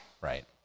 Right